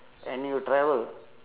and you travel